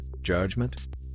judgment